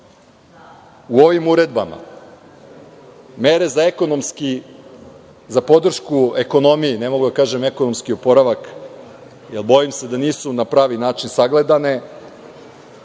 u ovim uredbama, mere za podršku ekonomiji, ne mogu da kažem ekonomski oporavak, jer bojim se da nisu na pravi način sagledane,